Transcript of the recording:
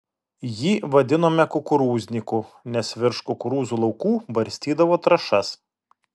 jį vadinome kukurūzniku nes virš kukurūzų laukų barstydavo trąšas